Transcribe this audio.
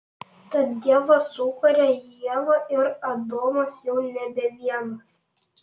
tad dievas sukuria ievą ir adomas jau nebe vienas